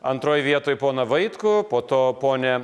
antroj vietoj poną vaitkų po to ponią